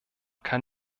kann